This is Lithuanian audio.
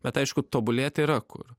bet aišku tobulėt yra kur